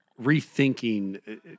rethinking